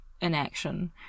inaction